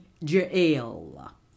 Jael